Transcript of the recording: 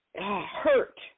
hurt